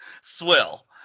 Swill